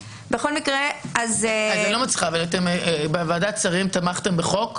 בוועדת השרים תמכתם בחוק שביקשתם לשנות מהיסוד,